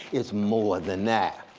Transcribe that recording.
it's more than that.